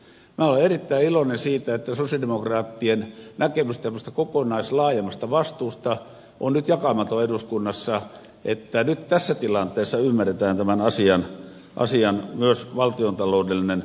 minä olen erittäin iloinen siitä että sosialidemokraattien näkemys tämmöisestä laajemmasta vastuusta on nyt jakamaton eduskunnassa ja että nyt tässä tilanteessa ymmärretään myös tämän asian valtiontaloudellinen vaikutus